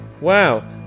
wow